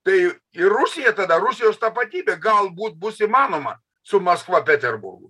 tai ir rusija tada rusijos tapatybė galbūt bus įmanoma su maskva peterburgu